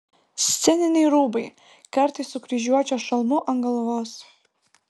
sceniniai rūbai kartais su kryžiuočio šalmu ant galvos